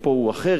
פה הוא אחר,